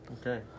Okay